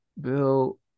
Bill